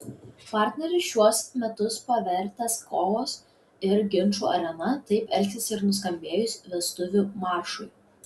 partneris šiuos metus pavertęs kovos ir ginčų arena taip elgsis ir nuskambėjus vestuvių maršui